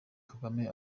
kagame